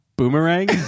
Boomerang